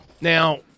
Now